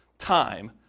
Time